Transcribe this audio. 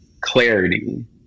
clarity